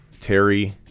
Terry